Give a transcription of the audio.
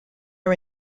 are